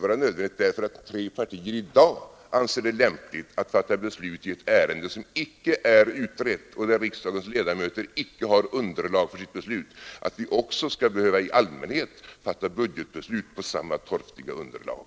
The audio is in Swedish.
Att tre partier i dag anser det lämpligt att fatta beslut i ett ärende, som icke är utrett och där riksdagens ledamöter icke har underlag för sitt beslut, kan väl nödvändigtvis inte innebära att vi också i allmänhet skall behöva fatta budgetbeslut på samma torftiga underlag.